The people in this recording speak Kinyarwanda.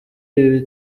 ibi